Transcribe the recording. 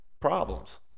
problems